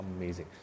amazing